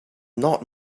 not